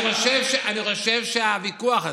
אני חושב שהוויכוח הזה,